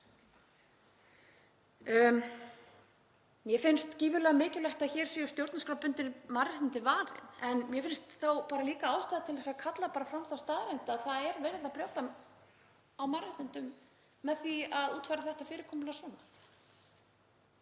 Mér finnst gífurlega mikilvægt að hér séu stjórnarskrárbundin mannréttindi varin en mér finnst líka ástæða til að kalla fram þá staðreynd að það er verið að brjóta á mannréttindum með því að útfæra þetta fyrirkomulag svona.